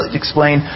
explain